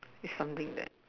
it's something that